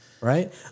Right